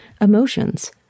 emotions